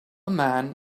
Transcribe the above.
man